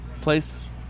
place